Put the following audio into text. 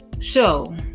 show